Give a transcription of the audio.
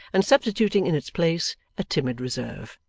and substituting in its place a timid reserve.